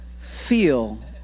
feel